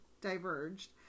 diverged